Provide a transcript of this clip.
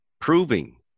proving